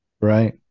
Right